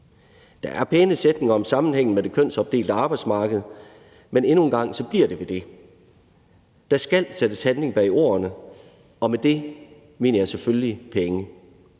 Der er pæne sætninger om sammenhængen med det kønsopdelte arbejdsmarked, men endnu en gang bliver det ved det. Der skal sættes handling bag ordene, og med det mener jeg selvfølgelig penge.